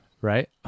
Right